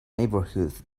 neighborhood